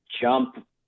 jump